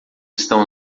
estão